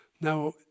Now